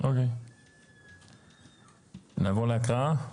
נעבור להקראה?